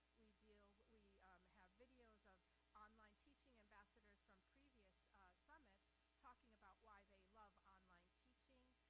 you know we have videos of online teaching ambassadors from previous summits talking about why they love online teaching,